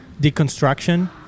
deconstruction